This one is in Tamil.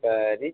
இப்போ ரீச்